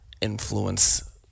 influence